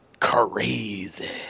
crazy